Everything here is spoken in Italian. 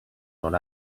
non